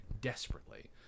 desperately